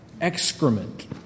Excrement